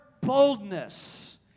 boldness